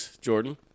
Jordan